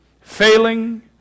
failing